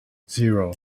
zero